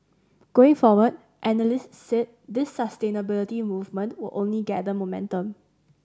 going forward analysts said this sustainability movement will only gather momentum